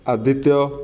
Aditya